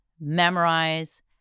memorize